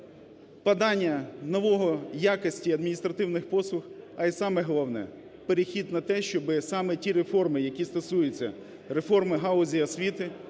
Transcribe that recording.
подання нової якості адміністративних послуг, а й саме головне – перехід на те, щоби саме ті реформи, які стосуються реформи галузі освіти,